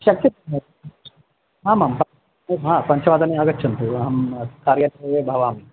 शक्यते आमाम् आं हा पञ्चवादने आगच्छन्तु अहं कार्यसमये भवामि